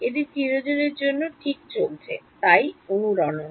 এটি চিরদিনের জন্য ঠিক চলছে তাই অনুরণন